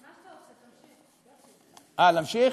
אה, להמשיך?